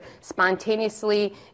spontaneously